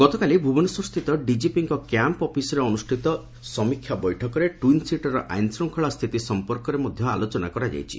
ଗତକାଲି ଭୁବନେଶ୍ୱରସ୍ଥିତ ଡିଜିପିଙ୍କ କ୍ୟାମ୍ମ ଅପିସ୍ରେ ଅନୁଷ୍ିତ ଏହି ସମୀକ୍ଷା ବୈଠକରେ ଟ୍ିନ୍ ସିଟିର ଆଇନଶୃଙ୍ଖଳା ସ୍ତିତି ସଂପର୍କରେ ମଧ୍ୟ ଆଲୋଚନା କରାଯାଇଛି